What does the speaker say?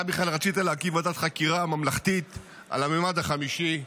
אתה בכלל רצית להקים ועדת חקירה ממלכתית על הממד החמישי.